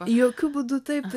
jokiu būdu taip